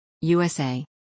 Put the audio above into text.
USA